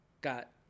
got